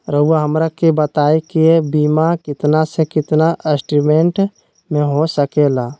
रहुआ हमरा के बताइए के बीमा कितना से कितना एस्टीमेट में हो सके ला?